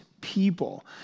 people